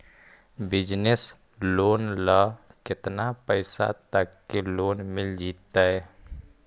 Business loan ल केतना पैसा तक के लोन मिल जितै?